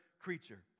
creature